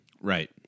Right